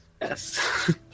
Yes